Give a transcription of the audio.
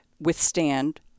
withstand